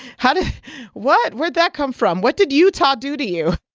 how did what? where'd that come from? what did utah do to you?